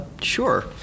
Sure